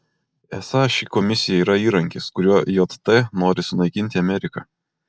esą ši komisija yra įrankis kuriuo jt nori sunaikinti ameriką